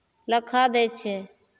लखऽ दै छै